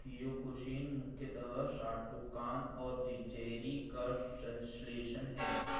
Kyokushin मुख्यतः Shotokan और जीजे री का संश्लेषण है